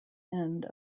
end